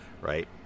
right